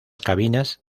cabinas